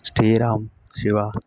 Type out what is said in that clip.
Sriram Siva